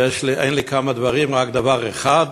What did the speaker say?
אין לי כמה דברים, רק דבר אחד.